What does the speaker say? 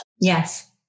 Yes